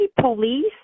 police